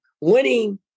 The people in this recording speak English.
winning